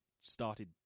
started